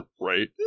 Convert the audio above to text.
Right